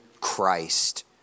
Christ